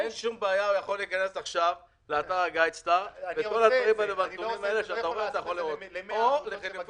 שהממשלה וחברי הכנסת והכנסת קובעים מה הנושא שהם רוצים להעניק לו פטור